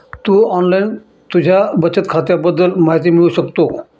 तू online तुझ्या बचत खात्याबद्दल माहिती मिळवू शकतो